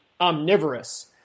omnivorous